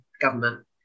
government